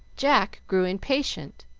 jack grew impatient,